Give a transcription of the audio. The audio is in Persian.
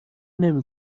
نمی